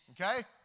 Okay